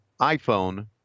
iPhone